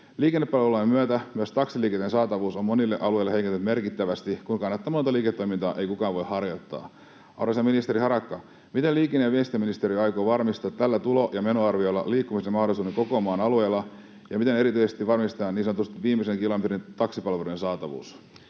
Liikennepalvelulain myötä myös taksiliikenteen saatavuus on monilla alueilla heikentynyt merkittävästi, kun kannattamatonta liiketoimintaa ei kukaan voi harjoittaa. Arvoisa ministeri Harakka, miten liikenne- ja viestintäministeriö aikoo varmistaa tällä tulo- ja menoarviolla liikkumisen mahdollisuuden koko maan alueella, ja miten varmistetaan erityisesti niin sanotusti viimeisen kilometrin taksipalveluiden saatavuus?